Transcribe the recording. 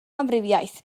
amrywiaeth